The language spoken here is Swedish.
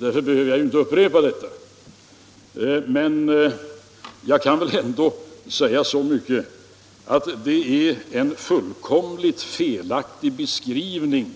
Därför behöver jag inte upprepa det, men jag får väl säga så mycket att det är en fullkomligt felaktig beskrivning